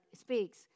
speaks